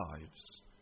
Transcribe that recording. lives